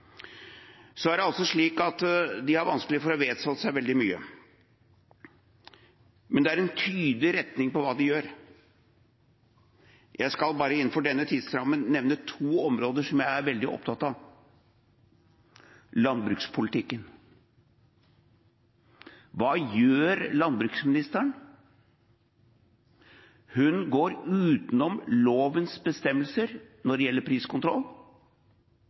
er altså slik at de har vanskelig for å vedstå seg veldig mye, men det er en tydelig retning på hva de gjør. Jeg skal innenfor denne tidsrammen bare nevne to områder som jeg er veldig opptatt av. Landbrukspolitikken – hva gjør landbruksministeren? Hun går utenom lovens bestemmelser når det gjelder priskontroll,